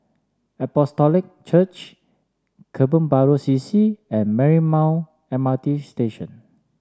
Apostolic Church Kebun Baru C C and Marymount M R T Station